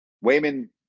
Wayman